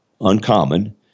uncommon